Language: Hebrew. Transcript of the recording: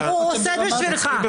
מה הוא עושה בשבילך?